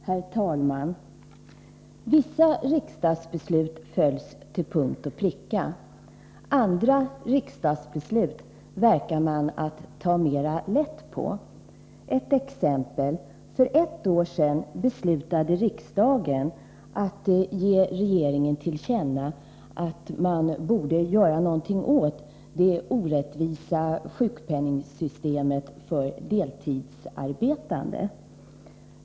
Herr talman! Vissa riksdagsbeslut följs till punkt och pricka. Andra riksdagsbeslut verkar man att ta mera lätt på. Ett exempel: För ett år sedan beslutade riksdagen att ge regeringen till känna att man borde göra någonting åt det orättvisa sjukpenningsystemet för deltidsarbetande.